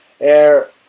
air